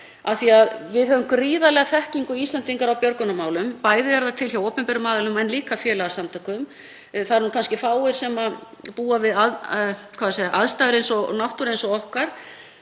Íslendingar höfum gríðarlega þekkingu á björgunarmálum, bæði er hún til hjá opinberum aðilum en líka félagasamtökum. Það eru kannski fáir sem búa við aðstæður og náttúru eins og okkar.